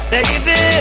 Baby